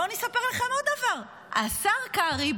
בואו ואני אספר לכם עוד דבר: השר קרעי,